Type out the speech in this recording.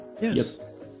Yes